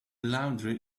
laundry